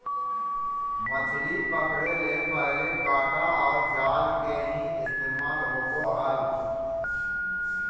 मछली पकड़े ले पहले कांटा आर जाल के ही इस्तेमाल होवो हल